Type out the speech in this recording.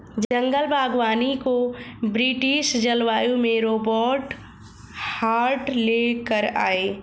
जंगल बागवानी को ब्रिटिश जलवायु में रोबर्ट हार्ट ले कर आये